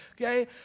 Okay